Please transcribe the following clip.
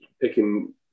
picking